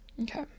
Okay